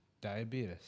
Diabetes